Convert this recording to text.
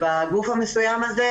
לגוף המסוים הזה,